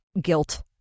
guilt